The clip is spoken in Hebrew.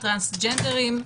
טרנסג'נדרים,